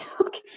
Okay